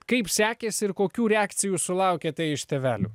kaip sekėsi ir kokių reakcijų sulaukėte iš tėvelių